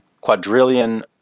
quadrillion